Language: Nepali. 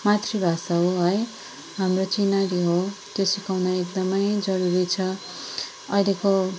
मातृभाषा हो है हाम्रो चिनारी हो त्यसको एकदम जरुरी छ अहिलेको